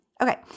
Okay